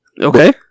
Okay